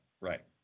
right